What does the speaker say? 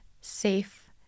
safe